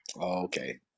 Okay